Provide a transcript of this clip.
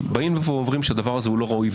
באים ואומרים שהדבר הזה לא ראוי,